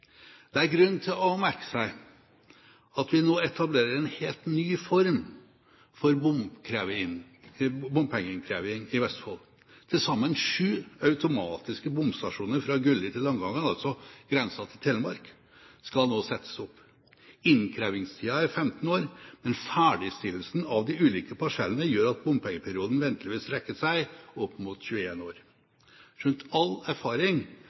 Det er grunn til å merke seg at vi nå etablerer en helt ny form for bompengeinnkreving i Vestfold. Til sammen sju automatiske bomstasjoner, fra Gulli til Langangen – altså grensen til Telemark – skal nå settes opp. Innkrevingstida er 15 år, men ferdigstillelsen av de ulike parsellene gjør at bompengeperioden ventelig vil strekke seg opp mot 21 år – skjønt all erfaring